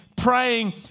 Praying